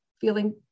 feeling